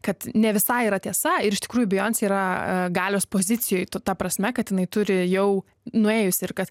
kad ne visai yra tiesa ir iš tikrųjų bejoncė yra a galios pozicijoj to ta prasme kad jinai turi jau nuėjusi ir kad